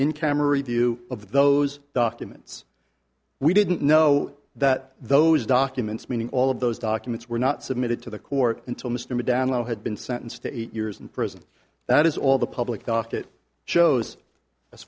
in camera view of those documents we didn't know that those documents meaning all of those documents were not submitted to the court until mr mcdaniel had been sentenced to eight years in prison that is all the public docket shows as